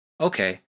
Okay